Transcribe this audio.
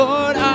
Lord